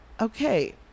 okay